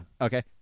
Okay